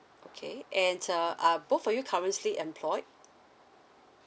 okay and uh are both of you currently employed